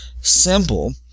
simple